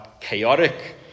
chaotic